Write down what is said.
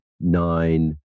nine